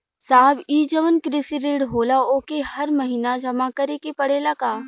साहब ई जवन कृषि ऋण होला ओके हर महिना जमा करे के पणेला का?